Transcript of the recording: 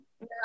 No